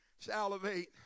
salivate